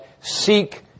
seek